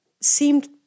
seemed